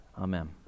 amen